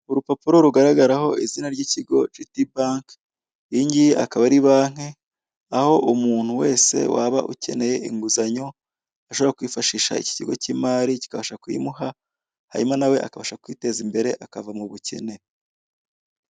Urupapuro rugaragara ho izina ry'ikigo GT bank. Iyi ngiyi akaba ari banke aho umuntu wese waba ukeneye inguzanyo ashobora kwifashisha iki kigo k'imari kikabasha kuyimuha hanyuma nawe akabasha kwiteza imbere akava mu bukene.